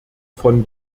von